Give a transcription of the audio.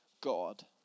God